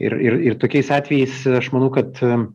ir ir ir tokiais atvejais aš manau kad